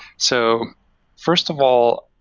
so first of all,